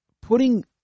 Putting